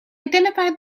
identified